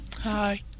Hi